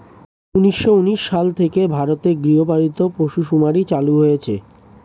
উন্নিশো উনিশ সাল থেকে ভারতে গৃহপালিত পশু শুমারি চালু হয়েছে